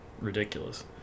ridiculous